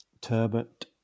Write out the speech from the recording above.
turbot